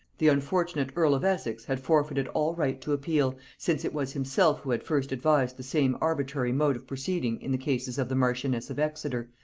the unfortunate earl of essex had forfeited all right to appeal, since it was himself who had first advised the same arbitrary mode of proceeding in the cases of the marchioness of exeter,